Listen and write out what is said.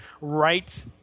right